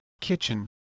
kitchen